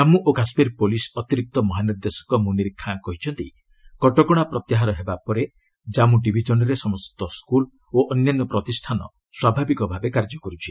କନ୍ମୁ ଓ କାଶ୍କୀର ପୁଲିସ୍ ଅତିରିକ୍ତ ମହାନିର୍ଦ୍ଦେଶକ ମୁନୀର୍ ଖାଁ କହିଛନ୍ତି କଟକଣା ପ୍ରତ୍ୟାହାର ହେବା ପରେ ଜନ୍ମୁ ଡିଭିଜନ୍ରେ ସମସ୍ତ ସ୍କୁଲ୍ ଓ ଅନ୍ୟାନ୍ୟ ପ୍ରତିଷ୍ଠାନ ସ୍ୱାଭାବିକ ଭାବେ କାର୍ଯ୍ୟ କରୁଛି